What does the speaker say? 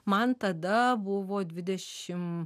man tada buvo dvidešim